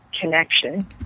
connection